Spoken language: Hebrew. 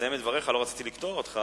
שתסיים את דבריך, לא רציתי לקטוע אותך,